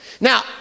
Now